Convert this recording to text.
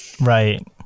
Right